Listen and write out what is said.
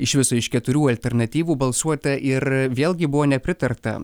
iš viso iš keturių alternatyvų balsuota ir vėlgi buvo nepritarta